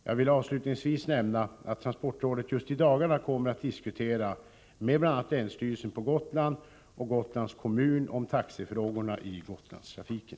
Jag vill avslutningsvis nämna att transportrådet just i dagarna kommer att diskutera med bl.a. länsstyrelsen på Gotland och Gotlands kommun om taxefrågorna i Gotlandstrafiken.